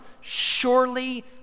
surely